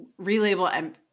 relabel